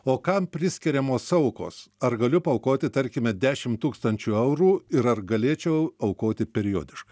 o kam priskiriamos aukos ar galiu paaukoti tarkime dešimt tūkstančių eurų ir ar galėčiau aukoti periodiškai